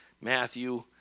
Matthew